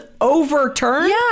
overturned